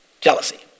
jealousy